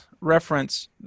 reference